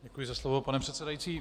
Děkuji za slovo, pane předsedající.